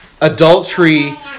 adultery